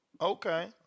okay